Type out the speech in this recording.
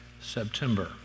September